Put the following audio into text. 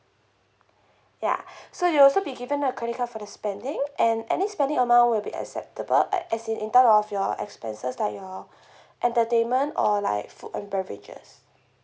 ya so you'll also be given a credit card for the spending and any spending amount would be acceptable as in in terms of your expenses like your entertainment or like food and beverages